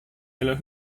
eller